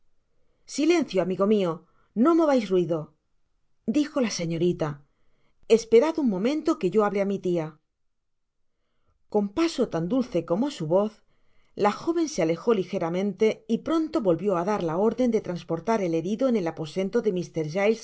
silencio amigo mio no movais ruido dijo la señorita esperad un momento que yo hable á mi tia uon paso tan dulce como su voz la joven se alejo ligeramente y pronto volvió á dar la órden de trasporta'r el herido en el aposento de